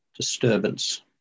disturbance